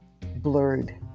blurred